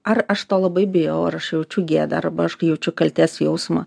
ar aš to labai bijau ar aš jaučiu gėdą arba aš jaučiu kaltės jausmą